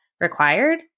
required